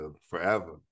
forever